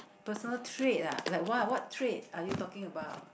personal trait ah like what what trait are you talking about